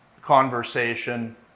conversation